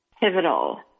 pivotal